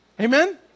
Amen